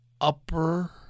upper